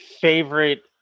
favorite